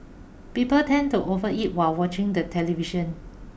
people tend to overeat while watching the television